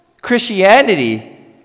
Christianity